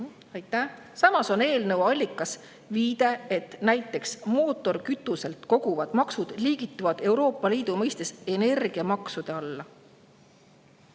Aitäh! Samas on eelnõu allikas viide, et näiteks mootorikütuselt kogutavad maksud liigituvad Euroopa Liidu mõistes energiamaksude alla.